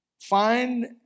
Find